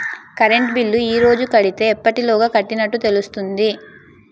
Current bill ఈ రోజు కడితే ఎప్పటిలోగా కట్టినట్టు తెలుస్తుంది?